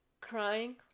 crying